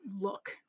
look